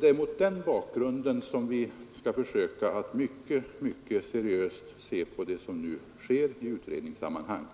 Det är mot den bakgrunden som vi skall försöka att mycket seriöst se på det som nu sker i utredningssammanhang.